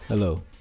Hello